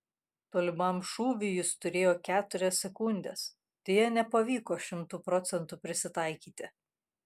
tolimam šūviui jis turėjo keturias sekundes deja nepavyko šimtu procentų prisitaikyti